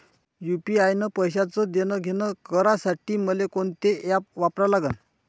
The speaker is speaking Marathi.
यू.पी.आय न पैशाचं देणंघेणं करासाठी मले कोनते ॲप वापरा लागन?